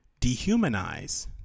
Dehumanize